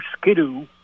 Skidoo